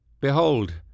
Behold